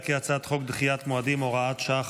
חוק דחיית מועדים (הוראת שעה,